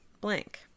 blank